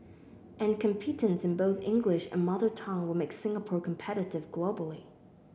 and competence in both English and mother tongue will make Singapore competitive globally